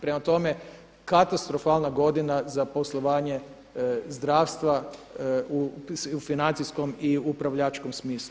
Prema tome, katastrofalna godina za poslovanje zdravstva u financijskom i u upravljačkom smislu.